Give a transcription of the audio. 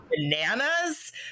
bananas